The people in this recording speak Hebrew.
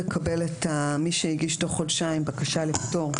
מי שהגיש תוך חודשיים בקשה לפטור,